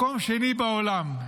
מקום השני בעולם.